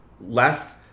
Less